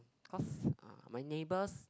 cause uh my neighbours